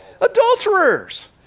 Adulterers